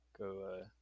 Go